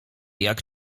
jak